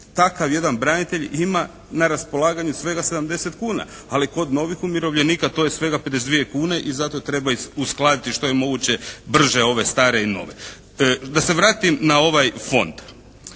takav jedan branitelj ima na raspolaganju svega 70 kuna. Ali kod novih umirovljenika to je svega 52 kune i zato treba uskladiti što je moguće brže ove stare i nove. Da se vratim na ovaj fond.